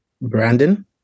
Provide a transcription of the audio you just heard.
Brandon